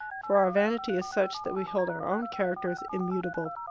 for our vanity is such that we hold our own characters immutable,